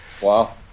wow